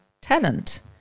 Talent